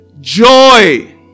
joy